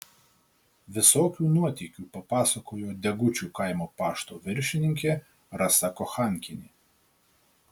visokių nuotykių papasakojo degučių kaimo pašto viršininkė rasa kochankienė